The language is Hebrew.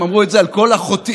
אמרו את זה על כל החוטאים.